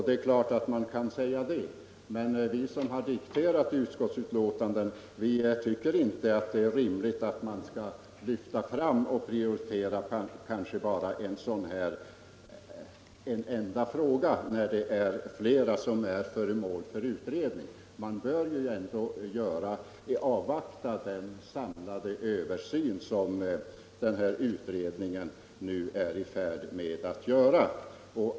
Det är klart att man kan säga så, men vi som dikterat utskottets skrivning tycker inte att det är rimligt att lyfta fram och prioritera en enda fråga när flera frågor är föremål för utredning. Man bör ändå avvakta den samlade översyn som den här utredningen nu är i färd med att göra.